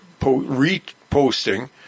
reposting